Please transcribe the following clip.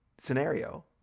scenario